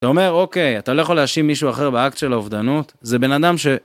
אתה אומר, אוקיי, אתה לא יכול להאשים מישהו אחר באקט של האובדנות? זה בן אדם ש